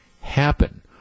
happen